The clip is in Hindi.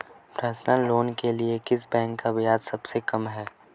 पर्सनल लोंन के लिए किस बैंक का ब्याज सबसे कम है?